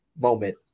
moment